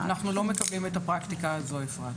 אנחנו לא מקבלים את הפרקטיקה הזו, אפרת.